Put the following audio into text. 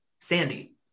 sandy